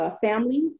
families